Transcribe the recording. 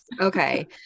Okay